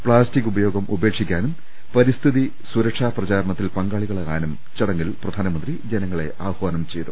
plastic ഉപയോഗം ഉപേക്ഷിക്കാനും പരിസ്ഥിതി സുരക്ഷാ പ്രചാ രണത്തിൽ പങ്കാളികളാകാനും ചടങ്ങിൽ പ്രധാനമന്ത്രി ജനങ്ങളെ ആഹ്വാനം ചെയ്തു